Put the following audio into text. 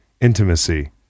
intimacy